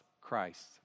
Christ